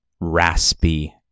raspy